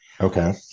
Okay